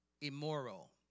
immoral